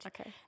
okay